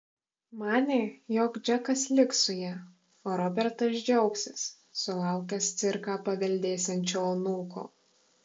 manė jog džekas liks su ja o robertas džiaugsis sulaukęs cirką paveldėsiančio anūko